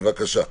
בבקשה.